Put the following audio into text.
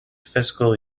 fiscal